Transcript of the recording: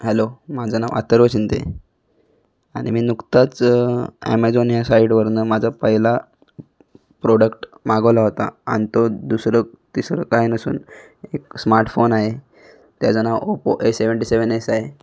hello माझं नाव अतर्व शिंदे आणि मी नुकताच ॲमेजॉन या साईडवरून माझा पहिला प्रोडक्ट मागवला होता आणि तो दुसरंतिसरं काय नसून एक स्मार्टफोन आहे त्याचं नाव Oppo A seventy seven S आहे